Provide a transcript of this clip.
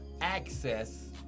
access